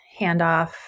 handoff